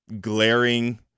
glaring